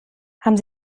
haben